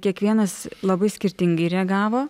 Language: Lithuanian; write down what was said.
kiekvienas labai skirtingai reagavo